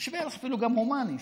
יש בו אפילו ערך הומני,